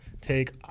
take